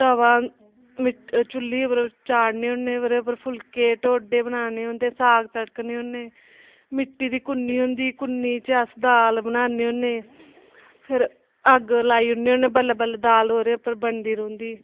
तवा मि चुल्ली उप्पर चाढ़ने होन्ने ओह्दे पर फुलके डोढे बनाने होंदे साग तड़कने होन्ने मिट्टी दी कुन्नी होंदी कुन्नी च अस दाल बनान्ने होन्ने फिर अग्ग लाई ओड़ने होन्ने बल्लें बल्लें दाल ओह्दे पर बनदी रौंह्दी